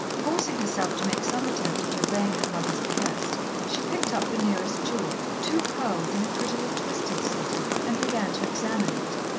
forcing herself to make some attempt at obeying her mother's behest, she picked up the nearest jewel, two pearls in a prettily-twisted setting, and began to examine it.